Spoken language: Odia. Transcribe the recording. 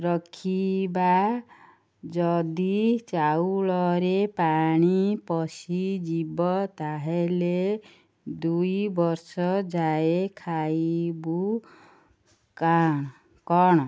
ରଖିବା ଯଦି ଚାଉଳରେ ପାଣି ପଶିଯିବ ତାହେଲେ ଦୁଇ ବର୍ଷ ଯାଏ ଖାଇବୁ କ'ଣ କ'ଣ